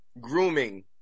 grooming